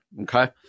Okay